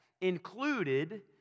included